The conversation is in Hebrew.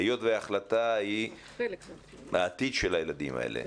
היות וההחלטה כרוכה בעתיד של הילדים האלה,